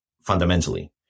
fundamentally